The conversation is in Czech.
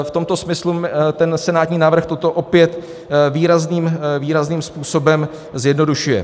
V tomto smyslu senátní návrh toto opět výrazným, výrazným způsobem zjednodušuje.